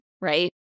right